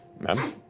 ma'am.